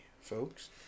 folks